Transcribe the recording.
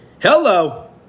hello